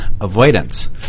avoidance